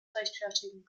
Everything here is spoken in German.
rechtfertigen